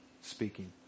speaking